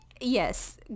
Yes